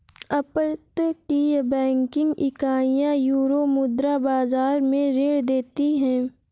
अपतटीय बैंकिंग इकाइयां यूरोमुद्रा बाजार में ऋण देती हैं